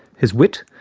his wit,